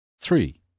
Three